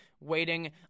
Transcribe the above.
Waiting